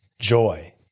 joy